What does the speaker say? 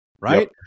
right